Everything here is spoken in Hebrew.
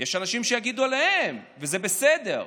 יש אנשים שיגידו עליהם, וזה בסדר.